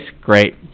Great